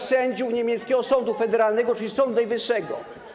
sędziów niemieckiego sądu federalnego, czyli sądu najwyższego.